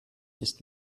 ist